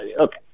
okay